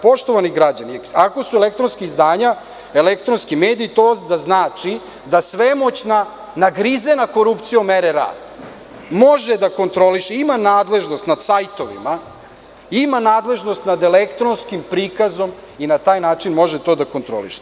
Poštovani građani, ako su elektronska izdanja elektronski mediji to znači da svemoćna, nagrizena korupcijom mere rada, može da kontroliše, ima nadležnost nad sajtovima, ima nadležnost nad elektronskim prikazom i na taj način može to da kontroliše.